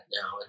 now